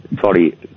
Sorry